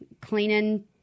cleaning